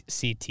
CT